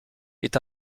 est